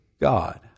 God